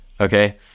okay